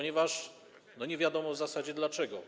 Nie wiadomo w zasadzie dlaczego.